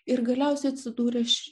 ir galiausiai atsidūręš